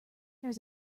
there